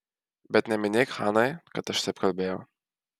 bet neminėk hanai kad aš taip kalbėjau